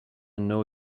know